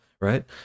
Right